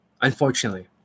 unfortunately